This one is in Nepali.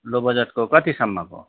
लो बजटको कतिसम्मको